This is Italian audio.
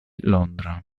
londra